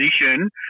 position